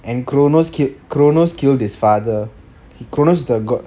and cronus killed cronus killed his father cronu was a god